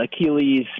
Achilles